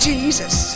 Jesus